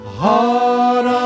heart